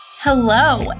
Hello